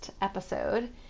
episode